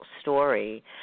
story